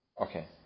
Okay